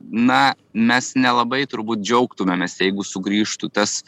na mes nelabai turbūt džiaugtumėmės jeigu sugrįžtų tas